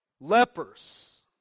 Lepers